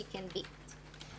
She Can Be It .